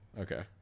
Okay